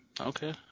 Okay